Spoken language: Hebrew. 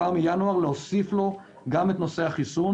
כבר מינואר, להוסיף לו גם את נושא החיסון.